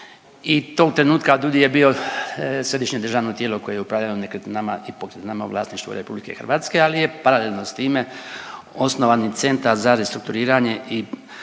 i tog trenutka DUUDI je bio središnje državno tijelo koje je upravljalo nekretninama i pokretninama u vlasništvu RH, ali je paralelno s time osnovan i Centar za restrukturiranje i